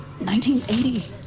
1980